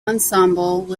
ensembles